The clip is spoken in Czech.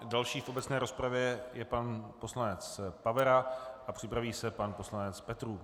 Další v obecné rozpravě je pan poslanec Pavera a připraví se pan poslanec Petrů.